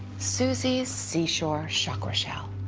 susie's seashore shack rachelle.